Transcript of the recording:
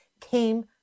came